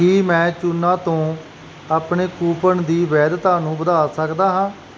ਕੀ ਮੈਂ ਚੂਨਾ ਤੋਂ ਆਪਣੇ ਕੂਪਨ ਦੀ ਵੈਧਤਾ ਨੂੰ ਵਧਾ ਸਕਦਾ ਹਾਂ